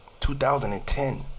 2010